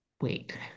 wait